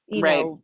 Right